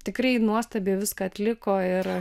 tikrai nuostabiai viską atliko ir